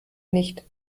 nicht